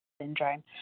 syndrome